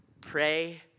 Pray